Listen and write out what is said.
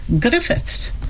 Griffiths